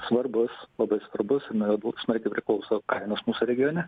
svarbus labai svarbus nuo jo smarkiai priklauso kainos mūsų regione